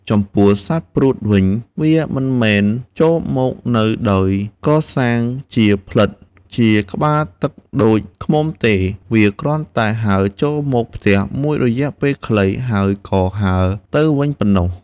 ចំពោះសត្វព្រួតវិញ វាមិនមែនចូលមកនៅដោយកសាងជាផ្លិតជាក្បាលទឹកដូចឃ្មុំទេ គឺវាគ្រាន់តែហើរចូលផ្ទះមួយរយៈខ្លីហើយក៏ហើរទៅវិញប៉ុណ្ណោះ។